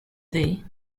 day